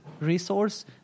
Resource